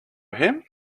him